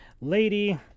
lady